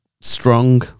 strong